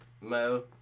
Mo